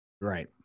Right